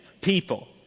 people